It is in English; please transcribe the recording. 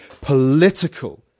political